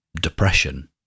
depression